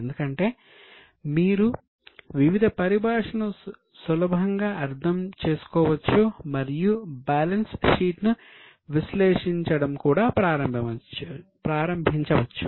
ఎందుకంటే మీరు వివిధ పరిభాషలను సులభంగా అర్థం చేసుకోవచ్చు మరియు బ్యాలెన్స్ షీట్ ను విశ్లేషించడం కూడా ప్రారంభించవచ్చు